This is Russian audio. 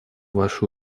ваши